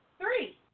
three